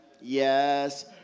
Yes